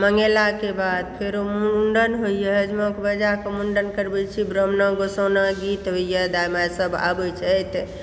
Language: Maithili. मङ्गेलाके फेरो मुण्डन होइया हजमा के बजाकऽ फेरो करबै छी ब्राम्हणक गोसाउनिक गीत होइया दाई माई सब आबै छथि